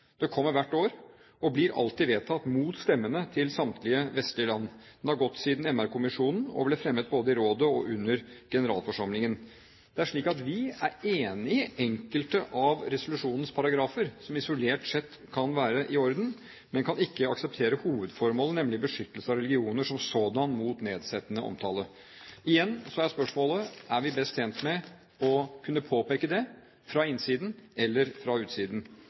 kommer hvert år, og som alltid blir vedtatt mot stemmene til samtlige vestlige land. Det har vært tema i MR-kommisjonen og er blitt tatt opp både i rådet og under generalforsamlingen. Det er slik at vi er enige i enkelte av resolusjonens paragrafer, som isolert sett kan være i orden, men vi kan ikke akseptere hovedformålet, nemlig beskyttelse av religioner som sådanne mot nedsettende omtale. Igjen er spørsmålet: Er vi best tjent med å kunne påpeke det fra innsiden eller fra utsiden?